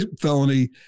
felony